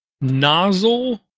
nozzle